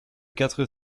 quatre